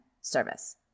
service